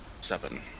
Seven